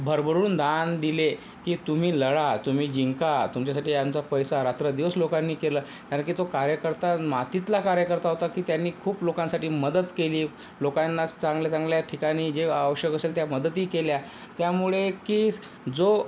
भरभरून दान दिले की तुम्ही लढा तुम्ही जिंका तुमच्यासाठी आमचा पैसा रात्रंदिवस लोकांनी केलं कारण की तो कार्यकर्ता मातीतला कार्यकर्ता होता की त्यानी खूप लोकांसाठी मदत केली लोकांना चांगल्या चांगल्या ठिकाणी जे आवश्यक असेल त्या मदती केल्या त्यामुळे की जो